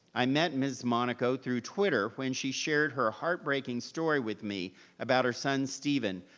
i met ms. monaco through twitter when she shared her heartbreaking story with me about her son stephen,